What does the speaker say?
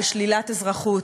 על שלילת אזרחות,